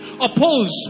opposed